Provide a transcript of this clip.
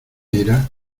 era